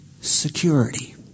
security